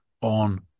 on